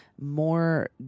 more